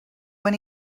when